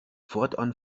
fortan